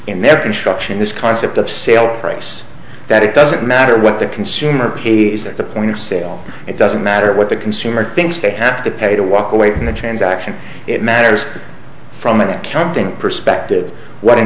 instruction this concept of sale price that it doesn't matter what the consumer pays at the point of sale it doesn't matter what the consumer thinks they have to pay to walk away from the transaction it matters from an accounting perspective what an